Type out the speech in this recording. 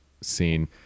scene